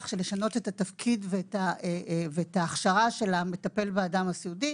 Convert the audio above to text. של לשנות את התפקיד ואת ההכשרה של המטפל באדם הסיעודי.